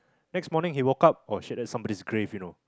next morning he woke up oh shit that's somebody's grave you know